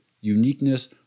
uniqueness